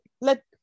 let